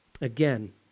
Again